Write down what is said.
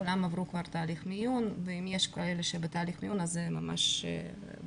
כולם עברו כבר תהליך מיון ואם יש כאלה בתהליך מיון אז זה ממש בודדים.